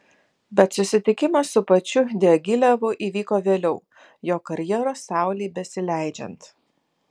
bet susitikimas su pačiu diagilevu įvyko vėliau jo karjeros saulei besileidžiant